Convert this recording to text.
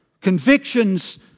Convictions